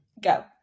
go